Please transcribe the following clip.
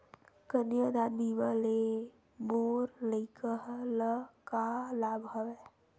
कन्यादान बीमा ले मोर लइका ल का लाभ हवय?